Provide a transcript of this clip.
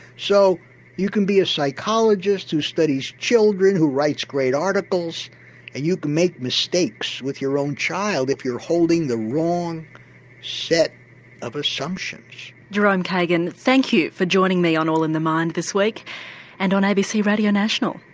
so you can be a psychologist who studies children, who writes great articles and you can make mistakes with your own child if you're holding the wrong set of assumptions. jerome kagan thank you for joining me on all in the mind this week and on abc radio national.